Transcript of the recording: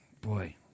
boy